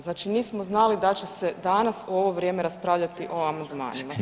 Znači nismo znali da će danas u ovo vrijeme raspravljati o amandmanima.